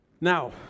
Now